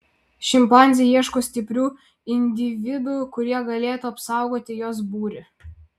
šimpanzė ieško stiprių individų kurie galėtų apsaugoti jos būrį